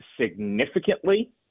significantly